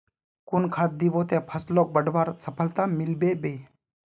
कुन खाद दिबो ते फसलोक बढ़वार सफलता मिलबे बे?